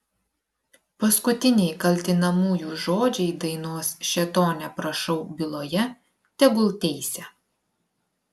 paskutiniai kaltinamųjų žodžiai dainos šėtone prašau byloje tegul teisia